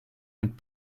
mit